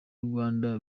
rwanda